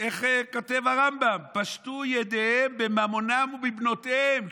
איך כותב הרמב"ם: פשטו ידיהם בממונם ובבנותיהם.